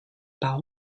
par